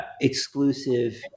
Exclusive